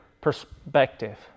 perspective